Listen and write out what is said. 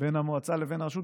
בין המועצה לבין הרשות.